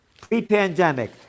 Pre-pandemic